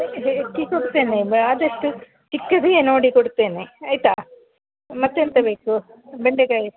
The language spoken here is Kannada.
ಹೆಕ್ಕಿ ಕೊಡ್ತೇನೆ ಬಾ ಆದಷ್ಟು ಚಿಕ್ಕದೆಯೆ ನೋಡಿ ಕೊಡ್ತೇನೆ ಆಯಿತಾ ಮತ್ತೆಂತ ಬೇಕು ಬೆಂಡೆಕಾಯಿ